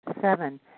Seven